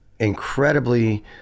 incredibly